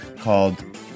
called